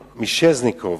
מיסז'ניקוב.